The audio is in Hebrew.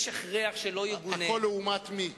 יש הכרח שלא יגונה, הכול לעומת מי.